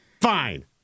Fine